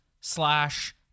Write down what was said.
slash